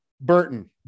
Burton